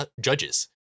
judges